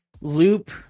loop